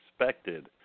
expected